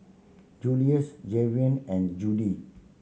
Juluis Javion and Judi